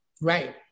Right